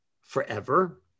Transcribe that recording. forever